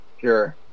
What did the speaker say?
Sure